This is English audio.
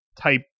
type